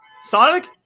Sonic